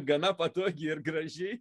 gana patogiai ir gražiai